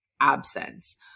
absence